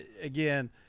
again